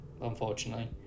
unfortunately